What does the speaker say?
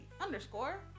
Underscore